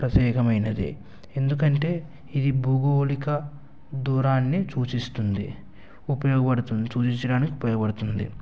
ప్రత్యేకమైనది ఎందుకంటే ఇది భూగోళిక దూరాన్ని చూచిస్తుంది ఉపయోగపడుతుంది చూచించడానికి ఉపయోగపడుతుంది